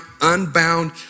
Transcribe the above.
unbound